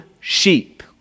sheep